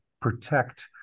protect